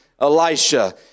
Elisha